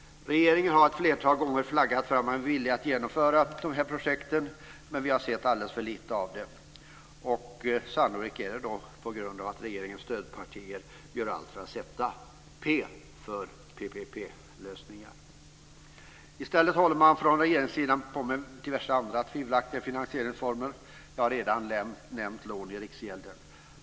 Regeringen har ett flertal gånger flaggat för att man är villig att genomföra de här projekten, men vi har sett alldeles för lite av dem. Sannolikt är det på grund av att regeringens stödpartier gör allt för att sätta P för PPP-lösningar. I stället håller man från regeringssidan på med diverse andra tvivelaktiga finansieringsformer. Jag har redan nämnt lån i Riksgälden.